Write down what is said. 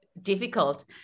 difficult